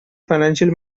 financial